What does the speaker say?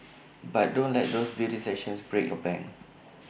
but don't let those beauty sessions break your bank